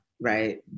right